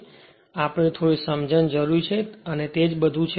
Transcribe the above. પરંતુ આપની થોડી સમજણ જરૂરી છે અને તેજ બધુ છે